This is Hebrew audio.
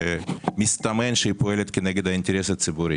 שמסתמן שהיא פועלת כנגד האינטרס הציבורי.